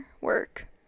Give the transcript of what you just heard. work